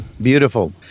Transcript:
Beautiful